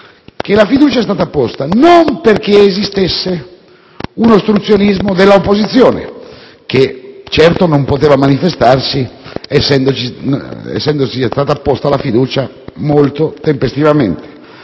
che la fiducia è stata posta non perché esistesse un ostruzionismo dell'opposizione, che certo non poteva manifestarsi essendo stata posta la fiducia molto tempestivamente